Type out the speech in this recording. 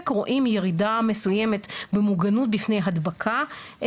רואים ירידה מסוימת במוגנות בפני הדבקה.